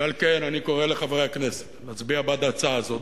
על כן אני קורא לחברי הכנסת להצביע בעד ההצעה הזאת,